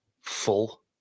full